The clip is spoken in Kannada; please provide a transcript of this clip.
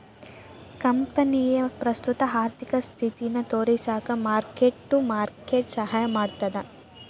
ಕಂಪನಿಯ ಪ್ರಸ್ತುತ ಆರ್ಥಿಕ ಸ್ಥಿತಿನ ತೋರಿಸಕ ಮಾರ್ಕ್ ಟು ಮಾರ್ಕೆಟ್ ಸಹಾಯ ಮಾಡ್ತದ